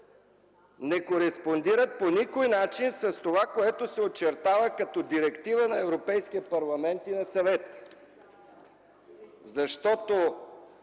не кореспондират по никакъв начин с това, което се очертава като директива на Европейския парламент и на Съвета. Защото